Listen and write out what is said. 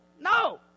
No